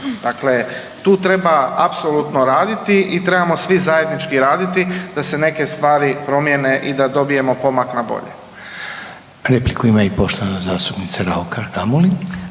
Dakle, tu treba apsolutno raditi i trebamo svi zajednički raditi da se neke stvari promijene i da dobijemo pomak na bolje. **Reiner, Željko (HDZ)** Repliku ima i poštovana zastupnica Raukar Gamulin.